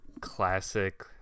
classic